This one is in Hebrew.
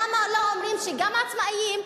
למה לא אומרים שגם עצמאים,